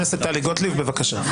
חברת הכנסת טלי גוטליב, בבקשה.